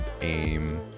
aim